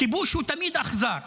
כיבוש הוא תמיד אכזר,